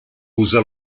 usa